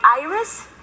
Iris